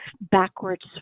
backwards